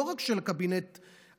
לא רק של הקבינט אז.